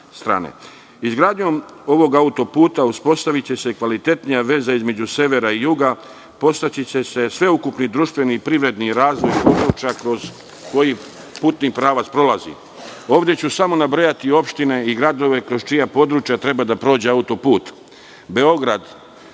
Izgradnjom ovog autoputa uspostaviće se kvalitetnija veza između severa i juga, podstaći će se sveukupni društveni i privredni razvoj područja kroz koji putni pravac prolazi. Ovde ću samo nabrojati opštine i gradove kroz čija područja treba da prođe autoput: